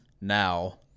now